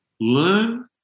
learn